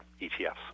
ETFs